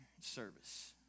service